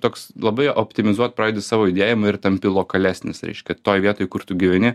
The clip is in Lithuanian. toks labai optimizuot pradedi savo judėjimą ir tampi lokalesnis reiškia toj vietoj kur tu gyveni